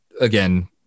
again